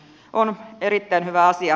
tämäkin on erittäin hyvä asia